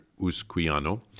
Usquiano